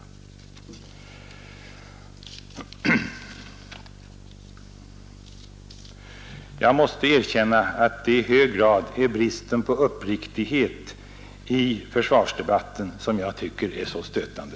Jag måste säga att det i hög grad är bristen på konsekvens och uppriktighet i försvarsdebatten som jag finner så stötande.